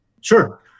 Sure